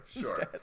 sure